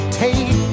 take